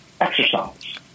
exercise